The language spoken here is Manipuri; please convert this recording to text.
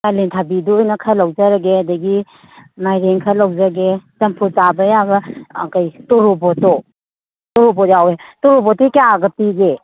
ꯀꯥꯂꯦꯟ ꯊꯕꯤꯗꯨ ꯑꯣꯏꯅ ꯈꯔ ꯂꯧꯖꯔꯒꯦ ꯑꯗꯒꯤ ꯃꯥꯏꯔꯦꯟ ꯈꯔ ꯂꯧꯖꯒꯦ ꯆꯝꯐꯨꯠ ꯆꯥꯕ ꯌꯥꯕ ꯑꯩꯈꯣꯏ ꯇꯣꯔꯣꯕꯣꯠꯇꯣ ꯇꯣꯔꯣꯕꯣꯠ ꯌꯥꯎꯋꯦ ꯇꯣꯔꯣꯕꯣꯠꯇꯤ ꯀꯌꯥꯒ ꯄꯤꯒꯦ